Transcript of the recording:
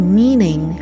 meaning